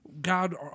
God